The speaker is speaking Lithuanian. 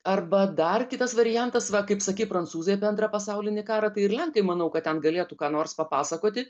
arba dar kitas variantas va kaip sakei prancūzai apie antrą pasaulinį karą tai ir lenkai manau kad ten galėtų ką nors papasakoti